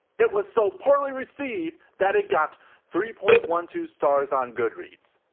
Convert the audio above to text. it was so poorly received that it got three point one two stars on goodreads.